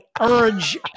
urge